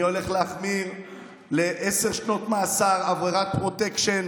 אני הולך להחמיר לעשר שנות מאסר עבירת פרוטקשן